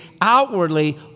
outwardly